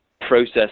process